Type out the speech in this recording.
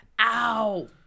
Ow